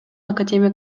академия